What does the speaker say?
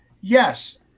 yes